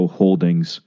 holdings